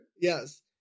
Yes